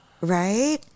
right